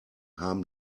haben